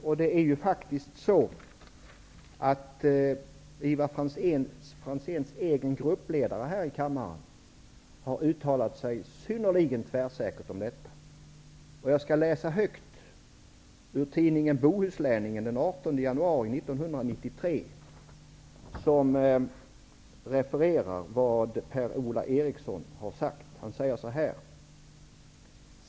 Och Ivar Franzéns egen gruppledare har uttalat sig synnerligen tvärsäkert om detta. Jag läser högt ur tidningen Bohusläningen den 18 januari 1993.